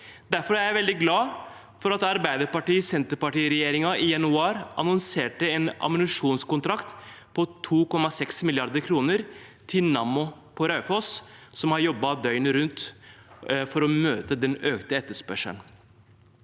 Derfor er jeg veldig glad for at Arbeiderparti–Senterparti-regjeringen i januar annonserte en ammunisjonskontrakt på 2,6 mrd. kr med Nammo på Raufoss, som har jobbet døgnet rundt for å møte den økte etterspørselen.